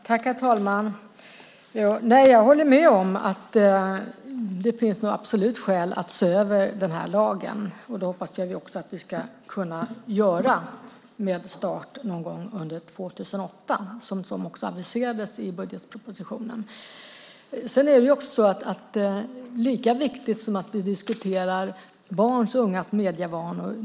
Herr talman! Jag håller nog med om att det absolut finns skäl att se över den här lagen. Det hoppas jag att vi också ska kunna göra med start någon gång under år 2008, precis som aviserats i budgetpropositionen. Det är viktigt att vi diskuterar barns och ungas medievanor.